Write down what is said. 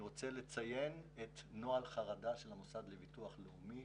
אני רוצה לציין את נוהל חרדה של המוסד לביטוח לאומי